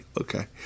okay